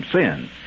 sin